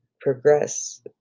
progress